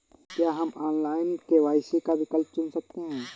क्या हम online KYC का विकल्प चुन सकते हैं?